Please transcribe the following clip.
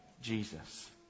jesus